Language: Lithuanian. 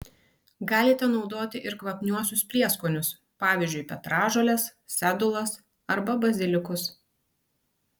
galite naudoti ir kvapniuosius prieskonius pavyzdžiui petražoles sedulas arba bazilikus